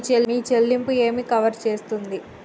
మీ చెల్లింపు ఏమి కవర్ చేస్తుంది?